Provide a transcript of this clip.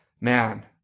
man